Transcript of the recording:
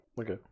Okay